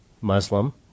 Muslim